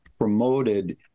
promoted